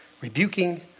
rebuking